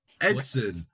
Edson